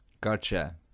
Gotcha